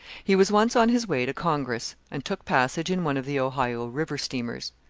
he was once on his way to congress, and took passage in one of the ohio river steamers.